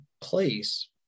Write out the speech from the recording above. place